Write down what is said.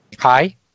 Hi